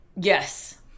Yes